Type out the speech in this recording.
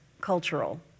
cultural